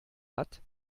hat